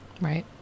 Right